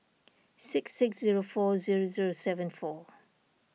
six six zero four zero zero seven four